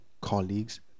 colleagues